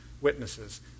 witnesses